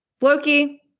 Loki